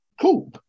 Cool